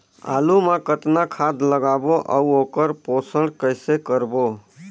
आलू मा कतना खाद लगाबो अउ ओकर पोषण कइसे करबो?